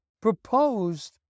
proposed